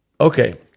Okay